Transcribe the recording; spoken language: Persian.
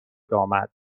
آمد